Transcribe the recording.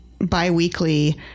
bi-weekly